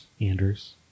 Anders